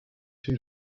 two